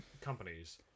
companies